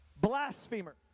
Blasphemer